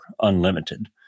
unlimited